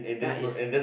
that is